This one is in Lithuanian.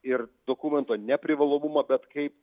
ir dokumento neprivalomumą bet kaip